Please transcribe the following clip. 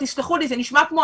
תסלחו לי אך זה נשמע כמו